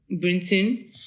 Brinton